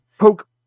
Poke